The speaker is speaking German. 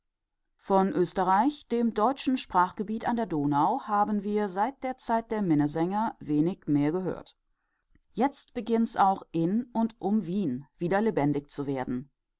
von österreich dem deutschen sprachgebiet an der donau haben wir seit der zeit der minnesänger wenig mehr gehört jetzt beginnt's auch in und um wien wieder lebendig zu werden